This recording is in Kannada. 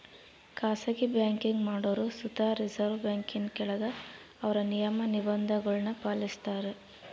ಖಾಸಗಿ ಬ್ಯಾಂಕಿಂಗ್ ಮಾಡೋರು ಸುತ ರಿಸರ್ವ್ ಬ್ಯಾಂಕಿನ ಕೆಳಗ ಅವ್ರ ನಿಯಮ, ನಿರ್ಭಂಧಗುಳ್ನ ಪಾಲಿಸ್ತಾರ